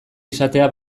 izatea